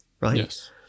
right